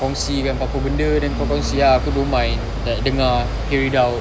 kongsi pape benda then kau kongsi ah aku don't mind like dengar hear it out